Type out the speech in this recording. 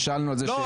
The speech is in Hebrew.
ושאלנו שאלות.